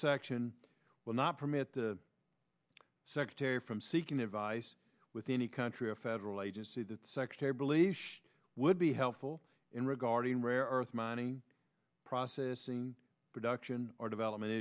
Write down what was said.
action will not permit the secretary from seeking advice with any country a federal agency that secretary believes she would be helpful in regarding rare earth mining processing production or development